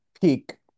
peak